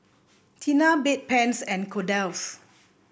Tena Bedpans and Kordel's